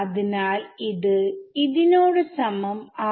അതിനാൽ ഇത് നോട് സമം ആവും